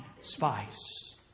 spice